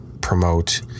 promote